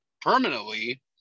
permanently